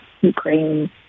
Ukraine